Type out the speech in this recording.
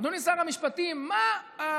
אדוני שר המשפטים, מה הביטוי,